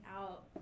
out